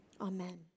Amen